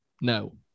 No